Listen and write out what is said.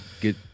get